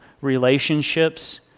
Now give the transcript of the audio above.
relationships